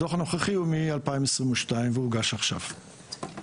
הדוח הנוכחי הוא מ-2022 והוא הוגש עכשיו.